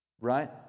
right